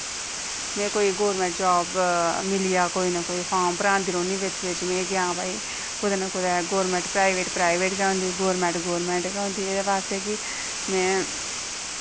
ते में कोई गौरमेंट जॉब मि्ली जा कोई कोई ना कोई फॉर्म भरांदी रौह्न्नीं में कि आं भाई कोई कुदै ना कुदै गौरमेंट प्राईवेट प्राईवेट गै होंदी गौरमेंट गौरमेंट गै होंदी एह्दे आस्तै कि में